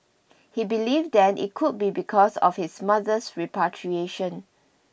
he believed then it could be because of his mother's repatriation